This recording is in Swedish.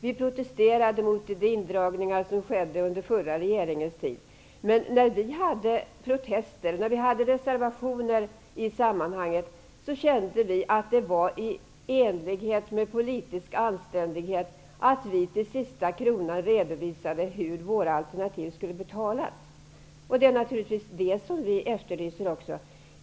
Vi protesterade mot de indragningar som gjordes under den förra regeringens tid, men när vi reserverade oss kände vi att det var i enlighet med politisk anständighet att vi till sista kronan redovisade hur våra alternativ skulle betalas. Det är naturligtvis det som vi efterlyser nu.